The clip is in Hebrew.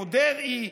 איפה דרעי?